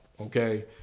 Okay